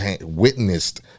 witnessed